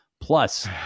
plus